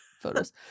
photos